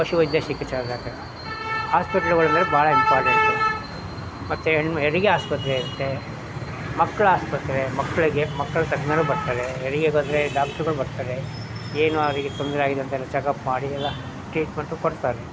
ಪಶು ವೈದ್ಯ ಚಿಕಿತ್ಸಾ ಘಟಕ ಹಾಸ್ಪೆಟ್ಲುಗಳೆಂದ್ರೆ ಭಾಳ ಹೆಲ್ಪಾಗುತ್ತೆ ಮತ್ತೆ ಹೆಣ್ಣು ಹೆರಿಗೆ ಆಸ್ಪತ್ರೆ ಇರುತ್ತೆ ಮಕ್ಳು ಆಸ್ಪತ್ರೆ ಮಕ್ಳಿಗೆ ಮಕ್ಕಳ ತಜ್ಞರು ಬರ್ತಾರೆ ಹೆರಿಗೆಗೋದರೆ ಡಾಕ್ಟ್ರುಗಳು ಬರ್ತಾರೆ ಏನು ಅವರಿಗೆ ತೊಂದರೆ ಆಗಿದೆ ಅಂತೆಲ್ಲ ಚೆಕಪ್ ಮಾಡಿ ಎಲ್ಲ ಟ್ರೀಟ್ಮೆಂಟು ಕೊಡ್ತಾರೆ